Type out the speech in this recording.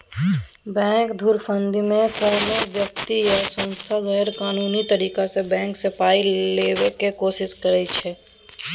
bank धुरफंदीमे कोनो बेकती या सँस्था गैरकानूनी तरीकासँ बैंक सँ पाइ लेबाक कोशिश करै छै